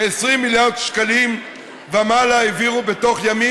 כ-20 מיליארד שקלים ומעלה העבירו בתוך ימים,